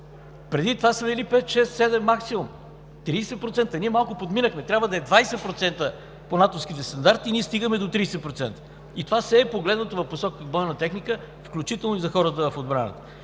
Преди това са били 5, 6, 7 максимум. 30%! Ние малко надминахме. Трябва да е 20% по натовските стандарти, ние стигаме до 30%. И това все е в посока бойна техника, включително и за хората в отбраната.